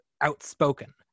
outspoken